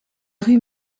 rue